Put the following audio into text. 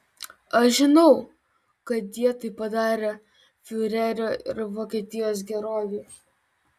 aš žinau kad jie tai padarė fiurerio ir vokietijos gerovei